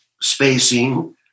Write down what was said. spacing